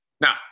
Now